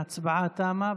ההצבעה תמה.